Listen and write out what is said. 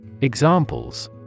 Examples